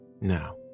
now